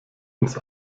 uns